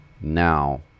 Now